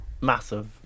massive